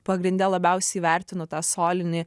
pagrinde labiausiai vertinu tą solinį